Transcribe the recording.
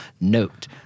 note